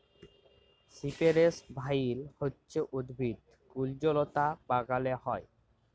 সিপেরেস ভাইল হছে উদ্ভিদ কুল্জলতা বাগালে হ্যয়